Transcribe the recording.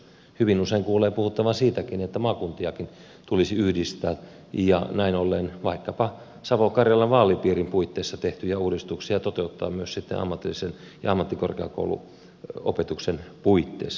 hyvin usein kuulee puhuttavan siitäkin että maakuntiakin tulisi yhdistää ja näin ollen vaikkapa savo karjalan vaalipiirin puitteissa tehtyjä uudistuksia toteuttaa myös sitten ammatillisen ja ammattikorkeakouluopetuksen puitteissa